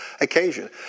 occasion